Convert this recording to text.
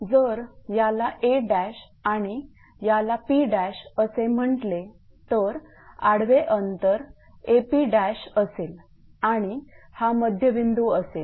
जर यालाA आणि याला P असे म्हटले तर आडवे अंतर AP असेल आणि हा मध्यबिंदू असेल